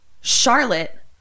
Charlotte